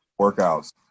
Workouts